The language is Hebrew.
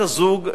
או בת-הזוג,